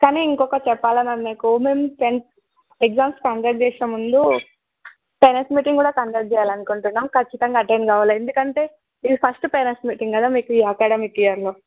కానీ ఇంకొకటి చెప్పాలి మ్యామ్ మీకు టెన్త్ ఎగ్జామ్స్ కండక్ట్ చేసే ముందు పేరెంట్స్ మీటింగ్ కూడా కండక్ట్ చెయ్యాలనుకుంటున్నాము ఖచ్చితంగా అటెండ్ కావాలి ఎందుకంటే ఇది ఫస్ట్ పేరెంట్ మీటింగ్ కదా మీకు ఈ అకాడమిక్ ఇయర్లో